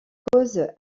cause